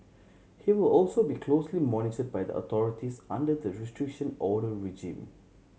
he will also be closely monitored by the authorities under the Restriction Order regime